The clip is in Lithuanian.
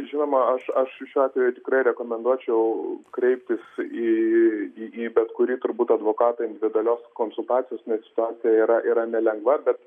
žinoma aš aš šiuo atveju tikrai rekomenduočiau kreiptis į į bet kurį turbūt advokatą individualios konsultacijos nes situacija yra yra nelengva bet